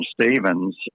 Stevens